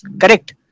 Correct